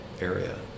area